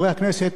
חברי הכנסת,